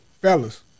fellas